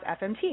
FMT